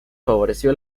favoreció